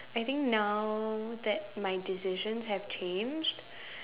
I think now that my decisions have changed